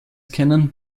kennen